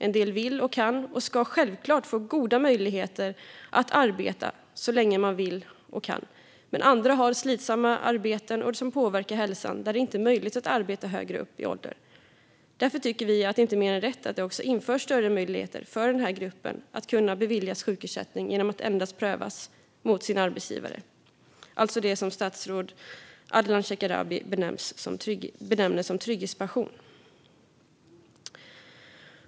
En del vill och kan, och de ska självklart få goda möjligheter att arbeta så länge de vill och kan. Men andra har slitsamma arbeten som påverkar hälsan och där det inte är möjligt att arbeta högre upp i åldern. Därför tycker vi att det inte är mer än rätt att det införs större möjligheter för den här gruppen att beviljas sjukersättning genom att prövas enbart mot sin arbetsgivare, alltså det som statsrådet Ardalan Shekarabi benämner som trygghetspension.